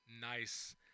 Nice